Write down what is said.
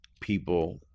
people